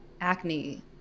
Acne